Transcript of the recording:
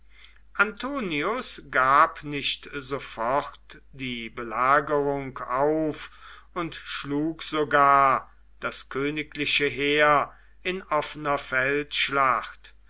antonius gab nicht sofort die belagerung auf und schlug sogar das königliche heer in offener feldschlacht